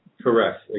Correct